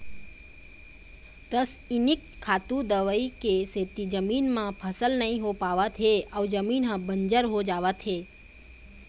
रसइनिक खातू, दवई के सेती जमीन म फसल नइ हो पावत हे अउ जमीन ह बंजर हो जावत हे